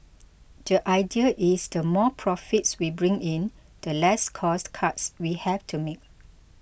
the idea is the more profits we bring in the less cost cuts we have to make